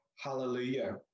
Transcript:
hallelujah